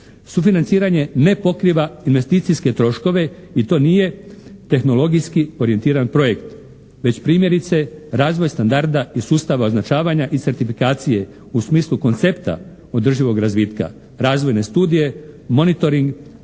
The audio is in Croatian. Sufinanciranje ne pokriva investicijske troškove i to nije tehnologijski orijentiran projekt već primjerice razvoj standarda iz sustava označavanja i certifikacije u smislu koncepta održivog razvitka, razvojne studije, monitoring,